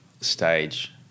stage